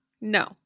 No